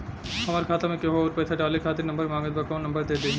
हमार खाता मे केहु आउर पैसा डाले खातिर नंबर मांगत् बा कौन नंबर दे दिही?